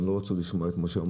גם לא רצו לשמוע את משה,